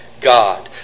God